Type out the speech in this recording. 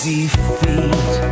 Defeat